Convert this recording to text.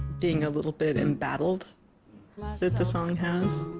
being a little bit embattled that the song has